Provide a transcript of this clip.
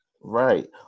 right